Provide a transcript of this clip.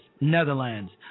Netherlands